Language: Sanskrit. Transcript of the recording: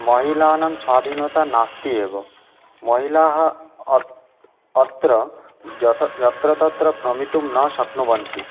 महिलानां स्वाधीनता नास्ति एव महिलाः अत् अत्र यत्र तत्र भ्रमितुं न शक्नुवन्ति